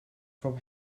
from